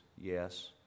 yes